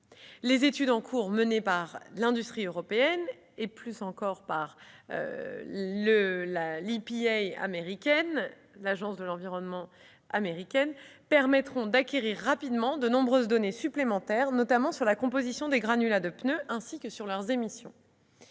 Les études en cours menées par l'industrie européenne, et plus encore par l'EPA, l'agence américaine de protection de l'environnement, permettront d'acquérir rapidement de nombreuses données supplémentaires, notamment sur la composition des granulats de pneus ainsi que sur leurs émissions.